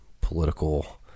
political